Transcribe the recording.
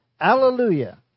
Alleluia